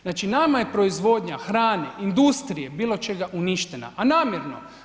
Znači nama je proizvodnja hrane, industrije, bilo čega, uništena, a namjerno.